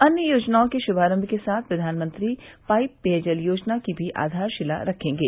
अन्य योजनाओं के शुभारम्भ के साथ प्रधानमंत्री पाइप पेयजल योजना की भी आधारशिला रखेंगे